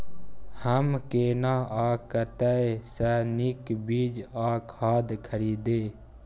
हम केना आ कतय स नीक बीज आ खाद खरीदे?